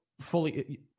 fully